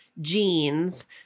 jeans